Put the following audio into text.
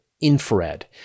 infrared